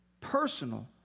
personal